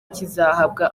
kizahabwa